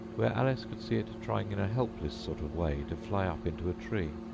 where alice could see it trying in a helpless sort of way to fly up into a tree.